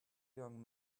young